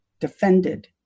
defended